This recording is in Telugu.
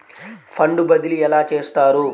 ఫండ్ బదిలీ ఎలా చేస్తారు?